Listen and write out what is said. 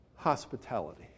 Hospitality